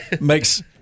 makes